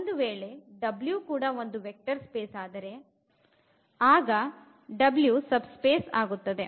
ಒಂದು ವೇಳೆ ಕೂಡ ಒಂದು ವೆಕ್ಟರ್ ಸ್ಪೇಸ್ ಆದರೆ ಆಗ W ಸಬ್ ಸ್ಪೇಸ್ ಆಗುತ್ತದೆ